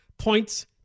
points